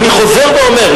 ואני חוזר ואומר,